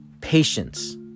patience